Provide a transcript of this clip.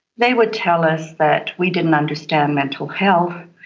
they would tell us that we didn't understand mental health,